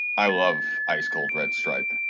i love ice-cold red stripe.